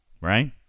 Right